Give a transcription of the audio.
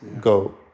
go